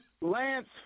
Lance